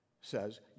says